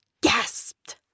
gasped